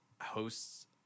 hosts